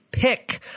pick